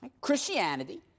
Christianity